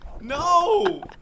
No